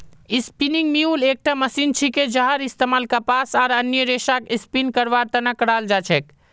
spinning mule एकटा machine छिके जहार इस्तमाल कपास आर अन्य रेशक स्पिन करवार त न कराल जा छेक